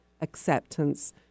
acceptance